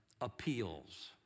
appeals